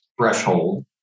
threshold